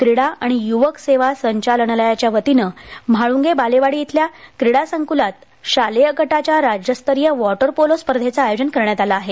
क्रीडा आणि युवक सेवा संचालनालयाच्यावतीनं म्हाळुंगे बालेवाडी इथंल्या क्रीडासंकुलात शालेय गटाच्या राज्यस्तरीय वॉटरपोलो स्पर्धेंचं आयोजन करण्यात आलं आहे